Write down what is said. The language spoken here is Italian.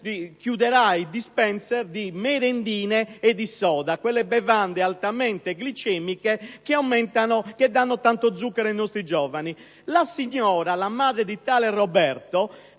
per la vendita di merendine e soda, bevande altamente glicemiche che danno tanto zucchero ai nostri giovani. La signora, madre di tale Roberto,